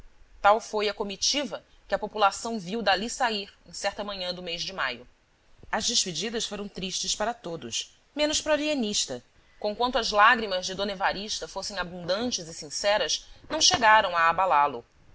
tal foi a comitiva que a população viu dali sair em certa manhã do mês de maio as despedidas foram tristes para todos menos para o alienista conquanto as lágrimas de d evarista fossem abundantes e sinceras não chegaram a abalá lo